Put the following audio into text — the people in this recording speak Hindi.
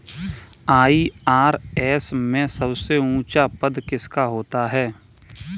आई.आर.एस में सबसे ऊंचा पद किसका होता है?